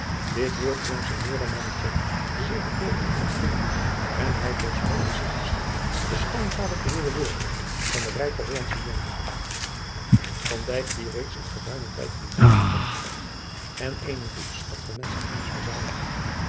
dit woord klonk signore manichetti zeer bekoorlijk in het oor en hij voorspelde zich misschien de schoonvader te zullen worden van den rijken hollandschen jongeling van dijk die reeds een geruimen tijd in italie rondgereisd en eenen goeden schat van menschenkennis verzameld had